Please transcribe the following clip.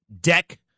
deck